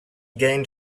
gained